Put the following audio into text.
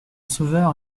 sauveur